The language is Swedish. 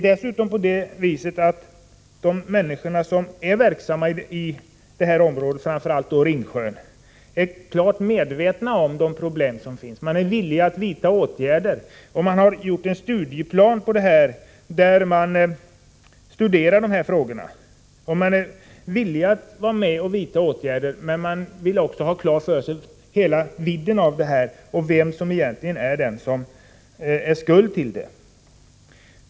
Dessutom förhåller det sig så att de människor som är verksamma i dessa områden, framför allt runt Ringsjön, är klart medvetna om de problem som finns. De har upprättat en studieplan för att studera sådana frågor, och de är villiga att vidta åtgärder, men de vill också ha klart för sig hela vidden av problemet och vem som egentligen är skuld till det.